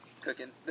Cooking